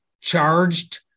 charged